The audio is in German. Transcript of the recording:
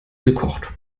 gekocht